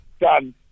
done